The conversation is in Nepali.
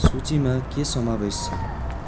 सूचीमा के समावेश छ